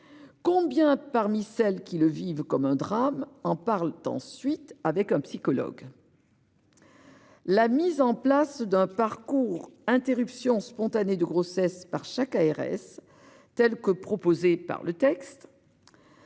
Combien, parmi celles qui le vivent comme un drame, en parlent ensuite avec un psychologue ? La mise en place d'un « parcours interruption spontanée de grossesse » par chaque ARS, comme le prévoit le texte,